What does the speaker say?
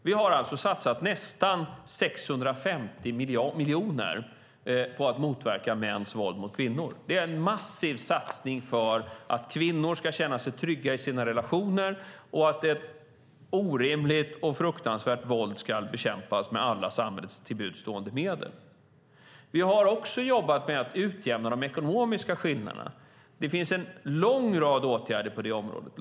Vi har alltså satsat nästan 650 miljoner på att motverka mäns våld mot kvinnor, en massiv satsning för att kvinnor ska känna sig trygga i sina relationer och att ett orimligt och fruktansvärt våld ska bekämpas med alla samhällets till buds stående medel. Vi har också jobbat med att utjämna de ekonomiska skillnaderna. Det finns en lång rad åtgärder på det området.